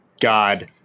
God